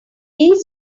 each